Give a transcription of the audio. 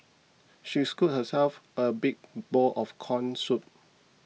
she scooped herself a big bowl of Corn Soup